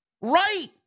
right